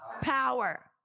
power